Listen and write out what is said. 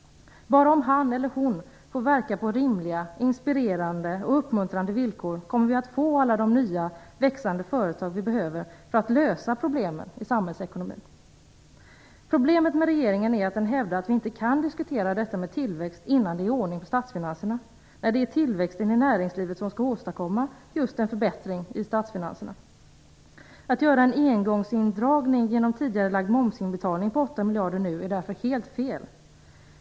Bara om han eller hon får verka på rimliga, inspirerande och uppmuntrande villkor kommer vi att få alla de nya växande företag vi behöver för att lösa problemen i samhällsekonomin. Problemet med regeringen är att den hävdar att vi inte kan diskutera detta med tillväxt innan det är ordning på statsfinanserna. Det är ju tillväxten i näringslivet som skall åstadkomma just en förbättring i statsfinanserna. Att nu göra en engångsindragning genom en tidigarelagd momsinbetalning på 8 miljarder är därför helt fel.